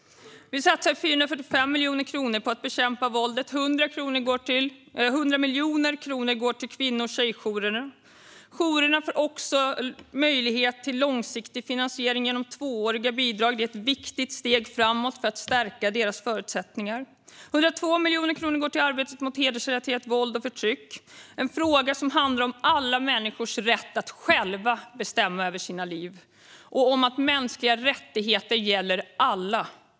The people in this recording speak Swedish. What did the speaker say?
Vi satsar 445 miljoner kronor på att bekämpa våldet. 100 miljoner kronor går till kvinno och tjejjourer. Jourerna får också möjlighet till långsiktig finansiering genom tvååriga bidrag, och det är ett viktigt steg framåt för att stärka deras förutsättningar. Vidare går 102 miljoner kronor till arbetet mot hedersrelaterat våld och förtryck. Det handlar om alla människors rätt att själva bestämma över sina liv och om att mänskliga rättigheter gäller alla.